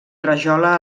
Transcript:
rajola